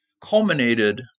culminated